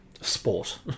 Sport